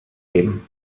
geben